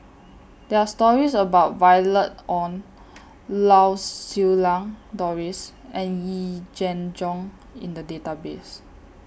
There Are stories about Violet Oon Lau Siew Lang Doris and Yee Jenn Jong in The Database